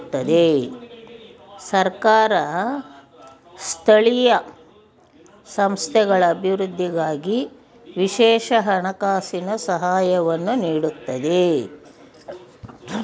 ಸರ್ಕಾರ ಸ್ಥಳೀಯ ಸಂಸ್ಥೆಗಳ ಅಭಿವೃದ್ಧಿಗಾಗಿ ವಿಶೇಷ ಹಣಕಾಸಿನ ಸಹಾಯವನ್ನು ನೀಡುತ್ತದೆ